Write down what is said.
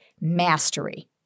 mastery